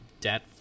debt